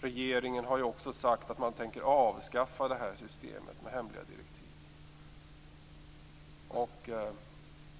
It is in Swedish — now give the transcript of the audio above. Regeringen har också sagt att man tänker avskaffa systemet med hemliga direktiv.